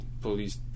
police